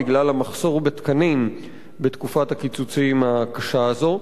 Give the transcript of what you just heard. בגלל המחסור בתקנים בתקופת הקיצוצים הקשה הזאת,